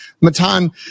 Matan